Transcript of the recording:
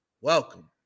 welcome